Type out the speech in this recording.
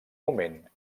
moment